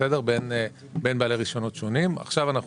בין בעלי רישיונות שונים ועכשיו אנחנו